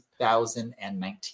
2019